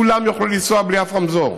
כולם יוכלו לנסוע בלי אף רמזור